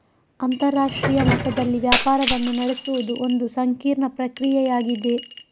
ಅಂತರರಾಷ್ಟ್ರೀಯ ಮಟ್ಟದಲ್ಲಿ ವ್ಯಾಪಾರವನ್ನು ನಡೆಸುವುದು ಒಂದು ಸಂಕೀರ್ಣ ಪ್ರಕ್ರಿಯೆಯಾಗಿದೆ